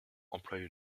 employé